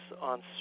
on